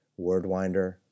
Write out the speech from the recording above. Wordwinder